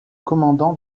commandant